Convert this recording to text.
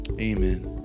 Amen